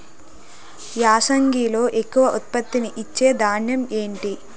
యాసంగిలో ఎక్కువ ఉత్పత్తిని ఇచే ధాన్యం ఏంటి?